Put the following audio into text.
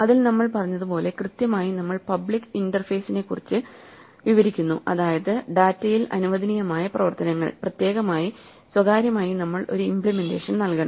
അതിൽ നമ്മൾ പറഞ്ഞത് പോലെ കൃത്യമായി നമ്മൾ പബ്ലിക് ഇന്റർഫേസിനെക്കുറിച്ച് വിവരിക്കുന്നു അതായത് ഡാറ്റയിൽ അനുവദനീയമായ പ്രവർത്തനങ്ങൾ പ്രത്യേകമായി സ്വകാര്യമായി നമ്മൾ ഒരു ഇമ്പ്ലിമെന്റേഷൻ നൽകണം